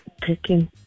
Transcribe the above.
picking